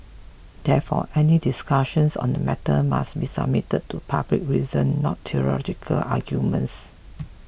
therefore any discussions on the matter must be submitted to public reason not theological arguments